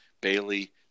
Bailey